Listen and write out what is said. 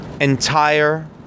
entire